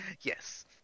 Yes